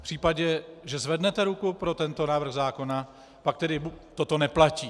V případě, že zvednete ruku pro tento návrh zákona, pak tedy toto neplatí.